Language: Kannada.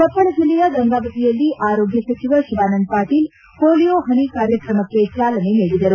ಕೊಪ್ಪಳ ಜಿಲ್ಲೆಯ ಗಂಗಾವತಿಯಲ್ಲಿ ಆರೋಗ್ಯ ಸಚಿವ ಶಿವಾನಂದ ಪಾಟೀಲ್ ಪೊಲಿಯೋ ಹನಿ ಕಾರ್ಯಕ್ರಮಕ್ಕೆ ಚಾಲನೆ ನೀಡಿದರು